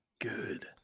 Good